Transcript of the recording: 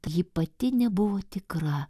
ji pati nebuvo tikra